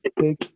big